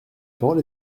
parole